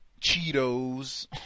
Cheetos